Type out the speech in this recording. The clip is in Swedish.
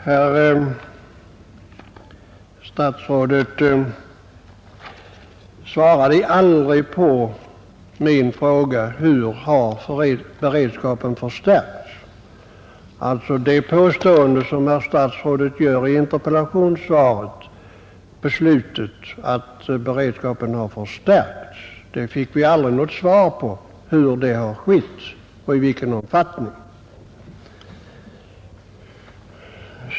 Herr talman! Herr statsrådet Bengtsson svarade aldrig på min fråga hur beredskapen har förstärkts. Vi fick aldrig något svar på hur det har skett eller i vilken omfattning när statsrådet i slutet av interpellationssvaret påstår att beredskapen har förstärkts.